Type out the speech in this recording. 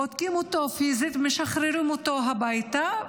בודקים אותו פיזית ומשחררים אותו הביתה,